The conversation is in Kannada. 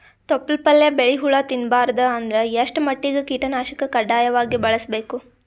ತೊಪ್ಲ ಪಲ್ಯ ಬೆಳಿ ಹುಳ ತಿಂಬಾರದ ಅಂದ್ರ ಎಷ್ಟ ಮಟ್ಟಿಗ ಕೀಟನಾಶಕ ಕಡ್ಡಾಯವಾಗಿ ಬಳಸಬೇಕು?